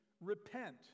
repent